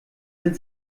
sind